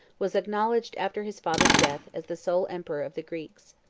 was acknowledged, after his father's death, as the sole emperor of the greeks.